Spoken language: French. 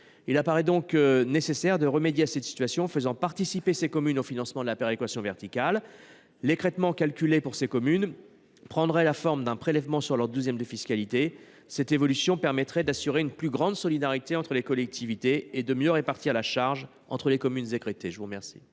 Il paraît donc nécessaire de remédier à cette situation en faisant participer ces communes au financement de la péréquation verticale. L’écrêtement calculé pour ces communes prendrait la forme d’un prélèvement sur leurs douzièmes de fiscalité. Une telle évolution permettrait d’assurer une plus grande solidarité entre les collectivités et de mieux répartir la charge entre les communes écrêtées.